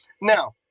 Now